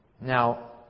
Now